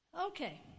Okay